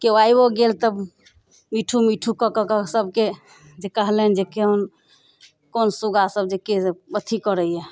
किओ आबिओ गेल तऽ मिट्ठू मिट्ठू कऽ कऽ कऽ सभके जे कहलनि जे कोन कोन सुगासभ जे के अथी करैए